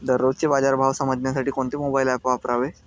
दररोजचे बाजार भाव समजण्यासाठी कोणते मोबाईल ॲप वापरावे?